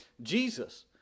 jesus